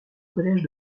collège